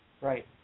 Right